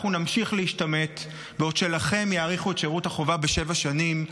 אנחנו נמשיך להשתמט בעוד לכם יאריכו את שירות החובה בשבע שנים,